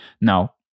Now